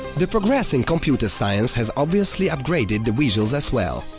the progress in computer science has obviously upgraded the visuals as well.